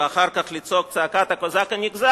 ואחר כך לזעוק את זעקת הקוזק הנגזל.